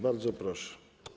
Bardzo proszę.